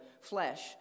flesh